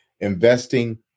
investing